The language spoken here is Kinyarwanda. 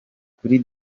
kuri